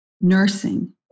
nursing